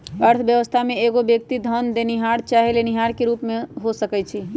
अर्थव्यवस्था में एगो व्यक्ति धन देनिहार चाहे लेनिहार के रूप में हो सकइ छइ